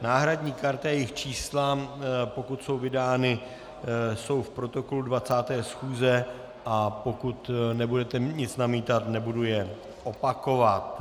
Náhradní karty a jejich čísla, pokud jsou vydány, jsou v protokolu 20. schůze, a pokud nebudete nic namítat, nebudu je opakovat.